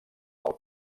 del